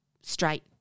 straight